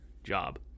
Job